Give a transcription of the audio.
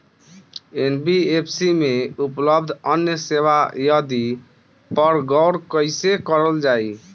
NBFC में उपलब्ध अन्य सेवा आदि पर गौर कइसे करल जाइ?